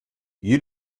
you